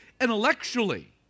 intellectually